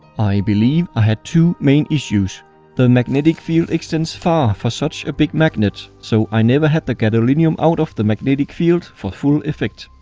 i believe i had two main issues the magnetic field extends far for such a big magnet so i never had the gadolinium out of the magnetic field for full effect.